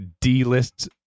D-list